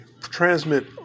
transmit